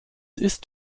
ist